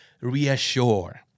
reassure